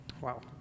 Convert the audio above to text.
Wow